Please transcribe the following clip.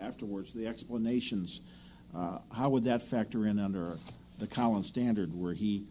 afterwards the explanations how would that factor in under the current standard where he